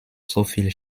soviel